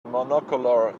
monocular